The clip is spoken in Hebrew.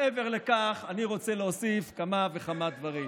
מעבר לכך, אני רוצה להוסיף כמה וכמה דברים.